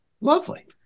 Lovely